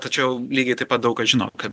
tačiau lygiai taip pat daug kas žino kad